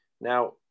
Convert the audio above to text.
Now